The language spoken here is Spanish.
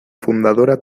fundadora